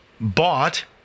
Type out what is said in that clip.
bought